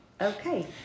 Okay